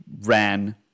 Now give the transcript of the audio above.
ran